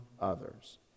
others